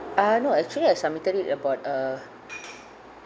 ah no actually I submitted it about uh